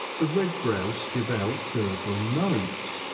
the red grouse give out gurgling notes,